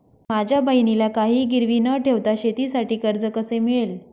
माझ्या बहिणीला काहिही गिरवी न ठेवता शेतीसाठी कर्ज कसे मिळेल?